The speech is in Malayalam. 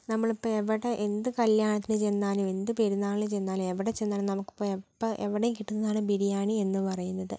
നമ്മളിപ്പം എവിടെ എന്ത് കല്യാണത്തിന് ചെന്നാലും എന്ത് പെരുന്നാളിന് ചെന്നാലും എവിടെ ചെന്നാലും നമുക്കിപ്പം എപ്പം എവിടെയും കിട്ടുന്നതാണ് ബിരിയാണി എന്ന് പറയുന്നത്